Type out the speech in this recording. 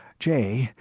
jay,